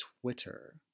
Twitter